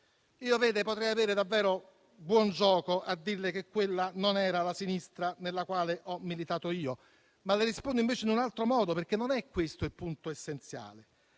potrei avere davvero buon gioco a dirle che quella non era la sinistra nella quale ho militato io. Le rispondo invece in un altro modo, perché non è questo il punto essenziale.